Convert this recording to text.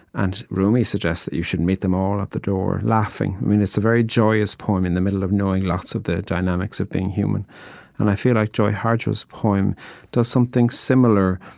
and rumi suggests that you should meet them all at the door, laughing. it's a very joyous poem in the middle of knowing lots of the dynamics of being human and i feel like joy harjo's poem does something similar,